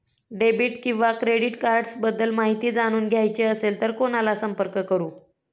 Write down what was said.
Debit किंवा credit cards बद्दल माहिती जाणून घ्यायची असेल तर कोणाला संपर्क करु?